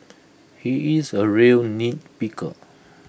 he is A real nitpicker